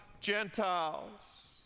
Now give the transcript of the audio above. Gentiles